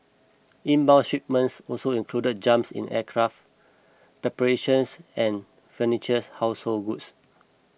inbound shipments also included jumps in aircraft preparations and furnitures household goods